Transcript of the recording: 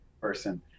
person